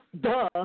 Duh